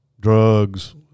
drugs